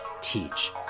teach